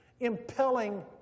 impelling